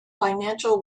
financial